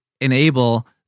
enable